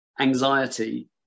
anxiety